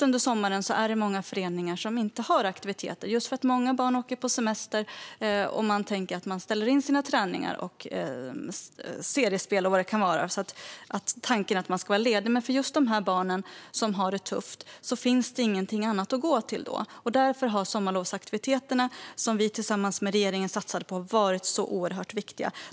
Under sommaren har många föreningar inga aktiviteter, just för att många barn åker på semester, och därför ställs träningar, seriespel och så vidare in. Tanken är att barnen ska vara lediga. Men för de barn som har det tufft finns inget annat att gå till. Därför har sommarlovsaktiviteterna som Vänsterpartiet tillsammans med regeringen har satsat på varit så oerhört viktiga.